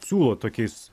siūlot tokiais